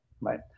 right